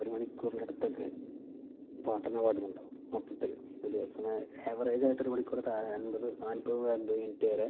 ഒരു മണിക്കൂറിൻ്റടുത്തൊക്കെ പാട്ടു തന്നെ പാടുന്നുണ്ടാകും മൊത്തത്തിൽ ഒരു ദിവസം ആവറേജായിട്ട് ഒരു മണിക്കൂർ താഴെ നാൽപ്പത് അൻപത് മിനിറ്റ് വരെ